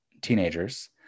teenagers